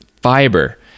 fiber